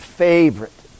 favorite